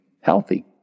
healthy